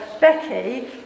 Becky